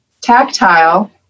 tactile